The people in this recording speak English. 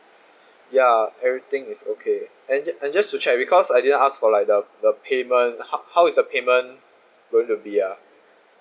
ya everything is okay and ju~ and just to check because I didn't ask for like the the payment how how is the payment going to be ah